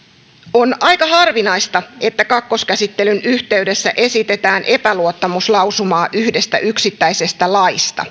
on aika harvinaista että kakkoskäsittelyn yhteydessä esitetään epäluottamuslausumaa yhdestä yksittäisestä laista